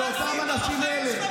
שאותם האנשים האלה,